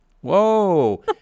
whoa